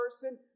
person